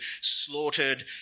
slaughtered